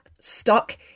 stuck